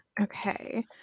Okay